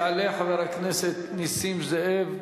יעלה חבר הכנסת נסים זאב,